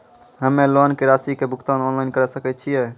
हम्मे लोन के रासि के भुगतान ऑनलाइन करे सकय छियै?